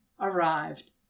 arrived